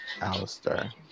Alistair